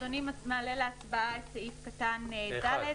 אדוני מעלה להצבעה את סעיף קטן (ד)